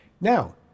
Now